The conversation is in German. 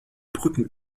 brücken